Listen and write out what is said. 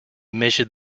measured